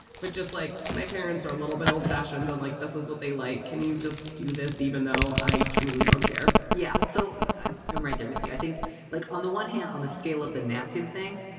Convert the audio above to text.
but just like my parents are a little bit old fashioned and like this is what they like. can you just do this even though i truly don't care? yeah. so i'm right there with you. i think like on the one hand on the scale of the napkin thing.